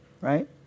Right